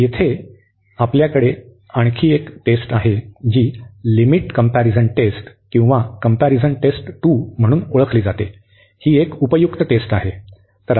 तर येथे आपल्याकडे आणखी एक टेस्ट आहे जी लिमिट कमपॅरिझन टेस्ट किंवा कमपॅरिझन टेस्ट 2 म्हणून ओळखली जाते ही एक उपयुक्त टेस्ट आहे